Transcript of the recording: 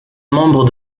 membres